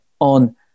on